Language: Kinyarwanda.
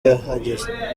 yahageze